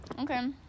Okay